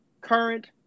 current